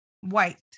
white